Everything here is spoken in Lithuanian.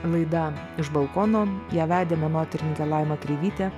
laida iš balkono ją vedė menotyrininkė laima kreivytė